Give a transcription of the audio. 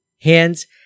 hands